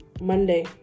Monday